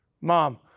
Mom